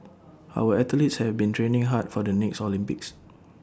our athletes have been training hard for the next Olympics